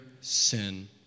sin